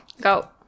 Go